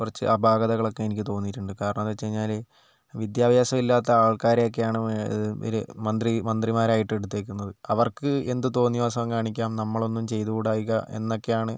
കുറച്ച് അപാകതകളൊക്കെ എനിക്ക് തോന്നിയിട്ടുണ്ട് കാരണം എന്ന് വച്ചു കഴിഞ്ഞാൽ വിദ്യാഭ്യാസം ഇല്ലാത്ത ആൾക്കാരെ ഒക്കെയാണ് മന്ത്രി മന്ത്രിമാരായിട്ട് എടുത്തിരിക്കുന്നത് അവർക്ക് എന്തു തോന്നിയവാസവും കാണിക്കാം നമ്മളൊന്നും ചെയ്തു കൂടായിക എന്നൊക്കെയാണ്